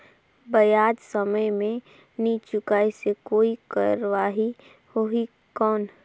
ब्याज समय मे नी चुकाय से कोई कार्रवाही होही कौन?